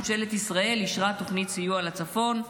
ממשלת ישראל אישרה תוכנית סיוע לצפון.